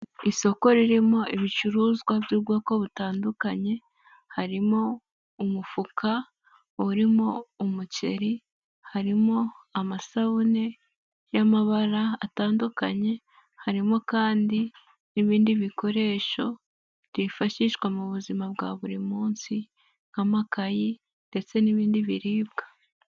Isoko ririmo ibicuruzwa by'ubwoko butandukanye harimo umufuka urimo umuceri, harimo amasabune y'amabara atandukanye, harimo kandi n'ibindi bikoresho byifashishwa mu buzima bwa buri munsi nk'amakayi ndetse n'ibindi biribwa.